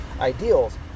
ideals